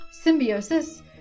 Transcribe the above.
symbiosis